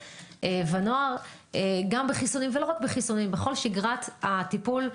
ונוער גם בחיסונים ולא רק בחיסונים - בכל שגרת הטיפול.